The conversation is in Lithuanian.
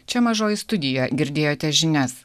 čia mažoji studija girdėjote žinias